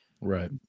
Right